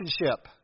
relationship